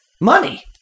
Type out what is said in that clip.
Money